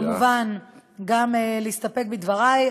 כמובן גם להסתפק בדברי,